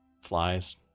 Flies